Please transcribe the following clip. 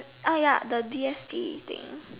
uh ya the D S T thing